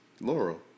Laurel